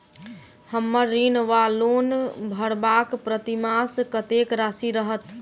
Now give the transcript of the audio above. हम्मर ऋण वा लोन भरबाक प्रतिमास कत्तेक राशि रहत?